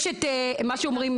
יש את מה שאומרים,